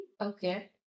Okay